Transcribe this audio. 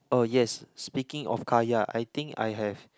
oh yes speaking of kaya I think I have